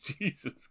jesus